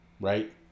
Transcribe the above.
Right